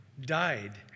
died